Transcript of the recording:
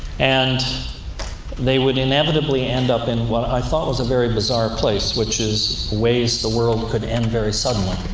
and they would inevitably end up in what i thought was a very bizarre place, which is ways the world could end very suddenly.